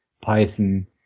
Python